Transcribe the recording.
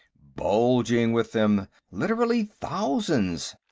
bulging with them. literally thousands.